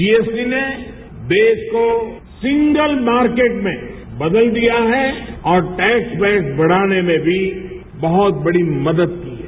जी S T ने देश को सिंगल मार्केट में बदल दिया है और टैक्स वेल्थ बढ़ाने में भी बहुत बढ़ी मदद की है